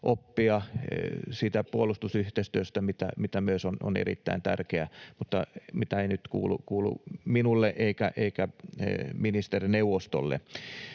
siitä puolustusyhteistyöstä, mikä myös on erittäin tärkeää mutta mikä ei nyt kuulu minulle eikä ministerineuvostolle.